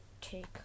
take